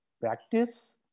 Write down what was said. practice